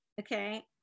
Okay